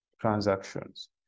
transactions